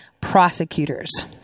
Prosecutors